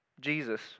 Jesus